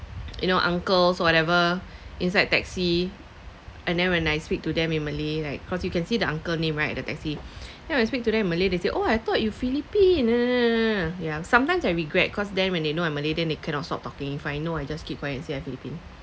you know uncles or whatever inside taxi and then when I speak to them in malay like cause you can see the uncle name right the taxi then I speak to them in malay they say oh I thought you philippine ya sometimes I regret cause them when they know I'm malay then they cannot stop talking if I know I just keep quiet and say I philippine